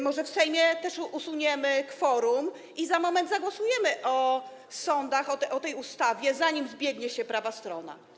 Może w Sejmie też usuniemy kworum i za moment zagłosujemy w sprawie sądów, tej ustawy, zanim zbiegnie się prawa strona?